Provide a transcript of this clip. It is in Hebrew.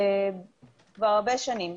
כבר הרבה שנים,